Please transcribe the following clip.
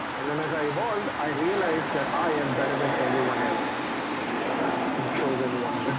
and then as i evolved i realized that i am better than everyone else the chosen one